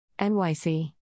NYC